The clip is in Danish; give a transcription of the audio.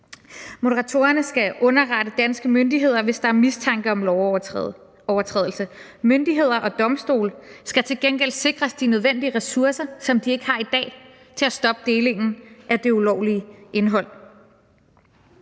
Moderatorerne skal underrette danske myndigheder, hvis der er mistanke om lovovertrædelse. Myndigheder og domstole skal til gengæld sikres de nødvendige ressourcer, som de ikke har i dag, til at stoppe delingen af det ulovlige indhold.